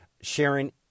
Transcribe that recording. Sharon